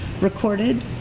recorded